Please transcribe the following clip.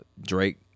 drake